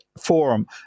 forum